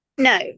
No